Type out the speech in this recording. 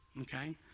Okay